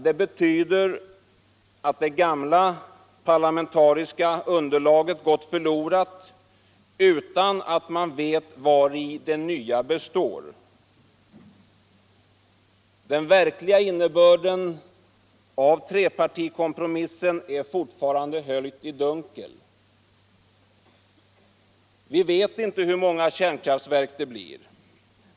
| Det betyder att det gamla parlamentariska underlaget gått förlorat utan att man vet vari det nya består. Den verkliga innebörden av trepartikompromissen är fortfarande höljd i dunkel. Vi vet inte hur många kärnkraftverk det blir.